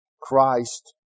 Christ